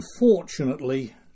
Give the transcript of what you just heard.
unfortunately